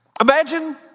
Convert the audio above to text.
Imagine